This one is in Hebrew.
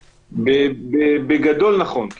בגדול, נכון.